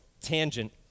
tangent